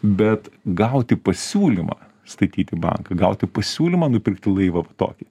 bet gauti pasiūlymą statyti banką gauti pasiūlymą nupirkti laivą tokį